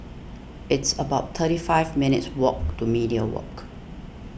it's about thirty five minutes' walk to Media Walk